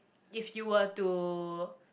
if you were to